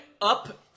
up